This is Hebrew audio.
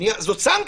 זה לא סנקציות.